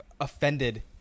offended